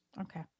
Okay